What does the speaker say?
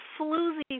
floozy